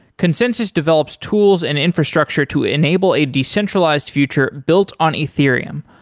consensys develops tools and infrastructure to enable a decentralized future built on ethereum,